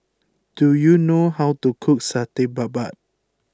do you know how to cook Satay Babat